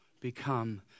become